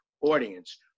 audience